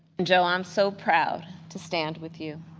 and joe, i'm so proud to stand with you.